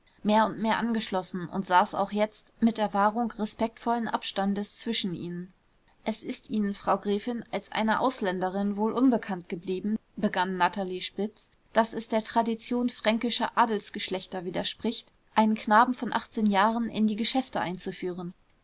mehr und mehr angeschlossen und saß auch jetzt mit der wahrung respektvollen abstandes zwischen ihnen es ist ihnen frau gräfin als einer ausländerin wohl unbekannt geblieben begann natalie spitz daß es der tradition fränkischer adelsgeschlechter widerspricht einen knaben von achtzehn jahren in die geschäfte einzuführen